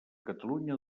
catalunya